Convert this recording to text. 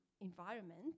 environment